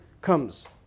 comes